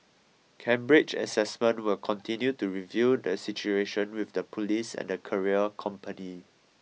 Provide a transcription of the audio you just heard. Cambridge Assessment will continue to review the situation with the police and the courier company